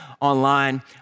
online